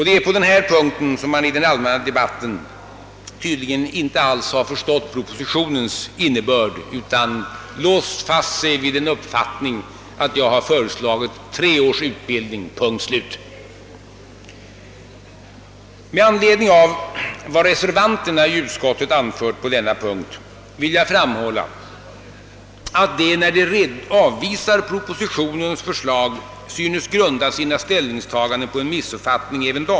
Det är på denna punkt som man i den allmänna debatten tydligen inte alls har förstått propositionens innebörd utan låst sig fast vid en uppfattning att jag har föreslagit tre års utbildning — punkt och slut! Med anledning av vad reservanterna i utskottet anfört på denna punkt vill jag framhålla att även de när de avvisar propositionens förslag synes grunda sina ställningstaganden på en missuppfattning.